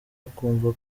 akumva